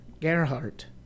Gerhardt